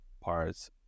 parts